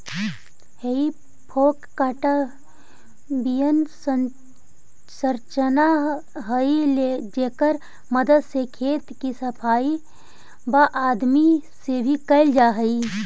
हेइ फोक काँटा निअन संरचना हई जेकर मदद से खेत के सफाई वआदमी से कैल जा हई